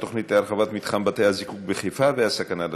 בנושא: התוכנית להרחבת מתחם בתי-הזיקוק בחיפה והסכנה לציבור.